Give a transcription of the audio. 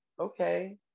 okay